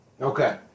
Okay